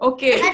Okay